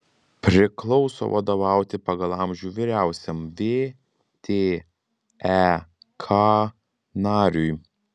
priklauso vadovauti pagal amžių vyriausiam vtek nariui